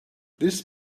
this